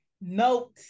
note